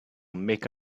make